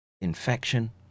Infection